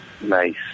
Nice